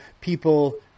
people